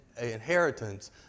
inheritance